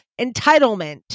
entitlement